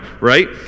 right